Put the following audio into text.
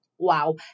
wow